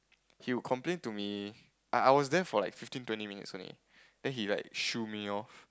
he would complain to me I I was there for like fifteen twenty minutes only then he like shoo me off